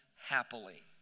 happily